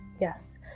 yes